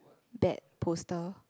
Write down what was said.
bad poster